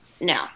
No